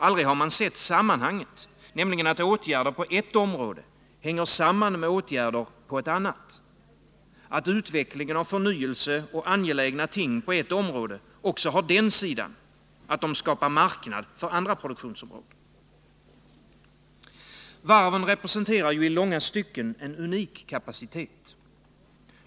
Aldrig har man sett sammanhanget, nämligen att åtgärder på ett område hänger samman med åtgärder på ett annat, att utveckling av förnyelse och angelägna ting på ett område också har den sidan att den skapar marknad för andra produktionsområden. Varven representerar i långa stycken en unik kapacitet.